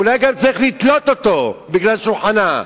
אולי גם צריך לתלות אותו כי הוא חנה,